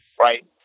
right